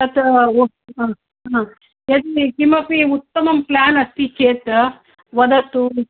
तत् ओ यदि किमपि उत्तमं प्लान् अस्ति चेत् वदतु